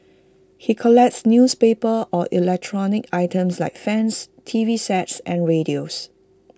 he collects newspapers or electronic items like fans T V sets and radios